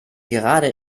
gerade